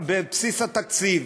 יהיה בבסיס התקציב